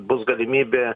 bus galimybė